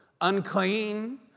unclean